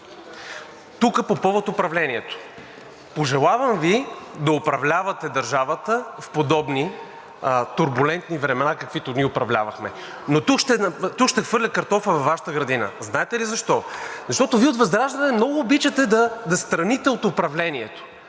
отгоре. По повод управлението. Пожелавам Ви да управлявате държавата в подобни турбулентни времена, в каквито ние управлявахме. Тук ще хвърля картофа във Вашата градина. Знаете ли защо? Защото от ВЪЗРАЖДАНЕ много обичате да страните от управлението.